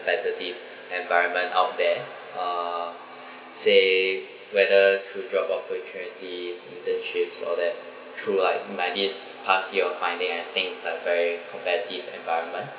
competitive environment out there uh say whether through job of opportunity internships all that through like my this past year of finding I think it's a very competitive environment